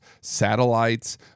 satellites